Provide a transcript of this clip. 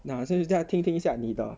那先在是不是听听一下你的